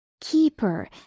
Keeper